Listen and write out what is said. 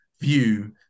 view